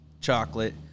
chocolate